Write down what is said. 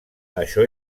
això